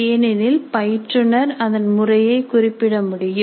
ஏனெனில் பயிற்றுனர் அதன் முறையை குறிப்பிடமுடியும்